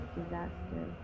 disaster